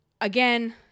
again